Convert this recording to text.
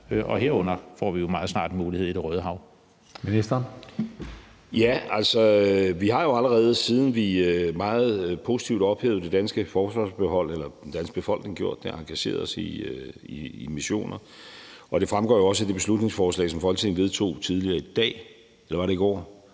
20:33 Udenrigsministeren (Lars Løkke Rasmussen): Ja, altså, vi har jo allerede, siden vi meget positivt ophævede det danske forsvarsforbehold, eller den danske befolkning gjorde det, engageret os i missioner. Og det fremgår jo også af det beslutningsforslag, som Folketinget vedtog tidligere i dag om fregatten til